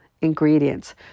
ingredients